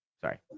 sorry